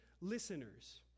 listeners